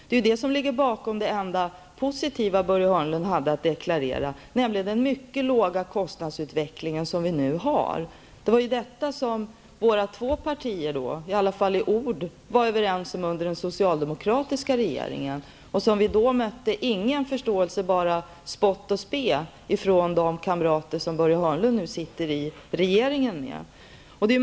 Det är detta som ligger bakom det enda positiva som Börje Hörnlund hade att deklarera, nämligen den mycket låga kostnadsutveckling som vi nu har. Det var ju detta som våra två partier i varje fall i ord var överens om under den socialdemokratiska regeringen. Då mötte vi ingen förståelse, bara spott och spe, från de kamrater som Börje Hörnlund nu sitter i regeringen med.